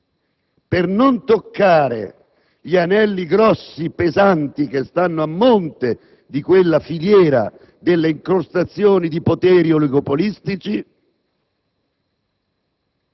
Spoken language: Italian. per non toccare gli anelli grossi e pesanti che stanno a monte di quella filiera di incrostazioni di poteri oligopolistici